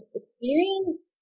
experience